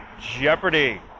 Jeopardy